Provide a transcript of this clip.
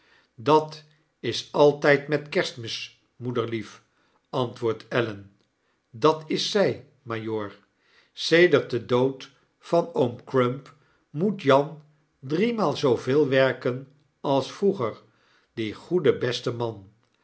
dat is altyd met kerstmis moederlief antwoordt ellen dat is zy majoor sedert den dood van oom crump moet jan driemaal zooveel werken als vroeger die goede beste man